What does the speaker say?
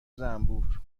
زنبور